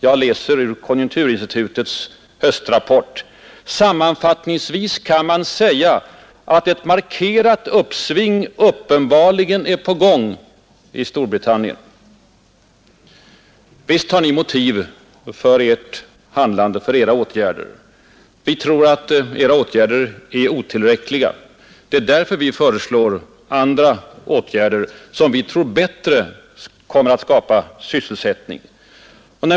Jag citerade några rader ur konjunkturinstitutets höstrapport: ”Sammanfattningsvis kan man säga att ett markerat uppsving uppenbarligen är på gång i Storbritannien.” Visst har ni motiv för ert handlande och för era åtgärder. Vi anser era åtgärder otillräckliga. Det är därför vi föreslår andra som vi tror är bättre ägnade att skapa sysselsättning.